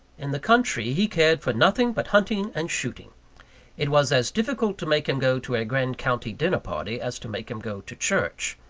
in the country, he cared for nothing but hunting and shooting it was as difficult to make him go to a grand county dinner-party, as to make him go to church.